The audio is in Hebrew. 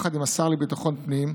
יחד עם השר לביטחון פנים,